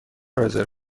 رزرو